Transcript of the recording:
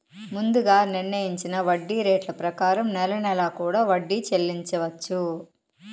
ముందుగా నిర్ణయించిన వడ్డీ రేట్ల ప్రకారం నెల నెలా కూడా వడ్డీ చెల్లించవచ్చు